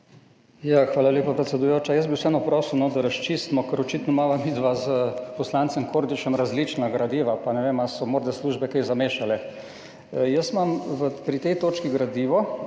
Hvala lepa, predsedujoča. Jaz bi vseeno prosil, da razčistimo, ker očitno imava midva s poslancem Kordišem različna gradiva, pa ne vem, ali so morda službe kaj zamešale. Jaz imam pri tej točki gradivo,